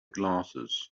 glasses